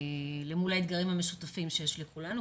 למול האתגרים המשותפים שיש לכולנו,